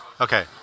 Okay